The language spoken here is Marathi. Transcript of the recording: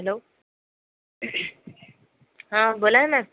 हॅलो हां बोला ना